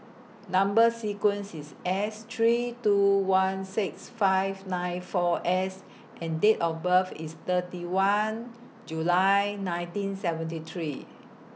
Number sequence IS S three two one six five nine four S and Date of birth IS thirty one July nineteen seventy three